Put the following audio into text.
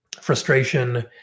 frustration